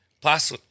Plus